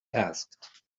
asked